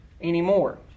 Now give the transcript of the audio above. anymore